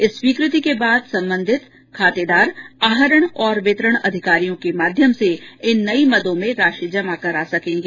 इस स्वीकृति के बाद संबंधित खातेदार आहरण वितरण अधिकारियों के माध्यम से इन नई मदों में राशि जमा करा सकेंगे